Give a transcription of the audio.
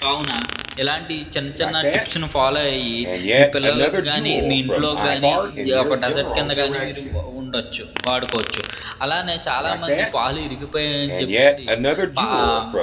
కావున ఇలాంటి చిన్న చిన్న టిప్స్ని ఫాలో అయ్యి మీ పిల్లలకి కానీ మీ ఇంట్లోకి కానీ ఒక డసర్ట్ కింద కానీ మీరు ఉండచ్చు వాడుకోవచ్చు అలాగే చాలా మంది పాలు విరిగిపోయాయని చెప్పే పా